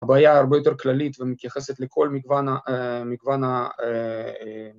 הבעיה הרבה יותר כללית ומתייחסת לכל מגוון